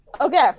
Okay